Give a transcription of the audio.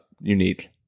unique